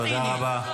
תודה רבה.